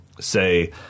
say